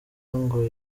ngo